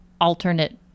alternate